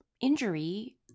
injury